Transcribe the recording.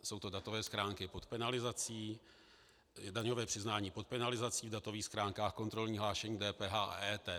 Jsou to datové schránky pod penalizací, daňové přiznání pod penalizací v datových schránkách, kontrolní hlášení DPH a EET.